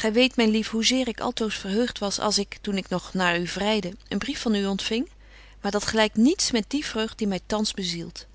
gy weet myn lief hoe zeer ik altoos verheugt was als ik toen ik nog naar u vreide een brief van u ontfing maar dat gelykt niets naar die vreugd die my thans bezielt